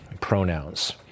pronouns